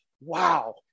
wow